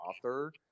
author